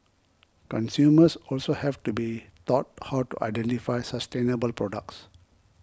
consumers also have to be taught how to identify sustainable products